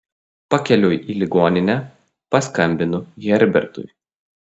pakeliui į ligoninę paskambinu herbertui